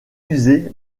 user